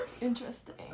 Interesting